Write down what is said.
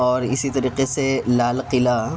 اور اسی طریقے سے لال قلعہ